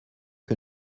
que